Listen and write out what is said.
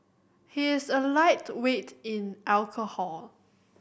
he is a lightweight in alcohol